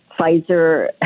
Pfizer